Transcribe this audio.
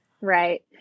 Right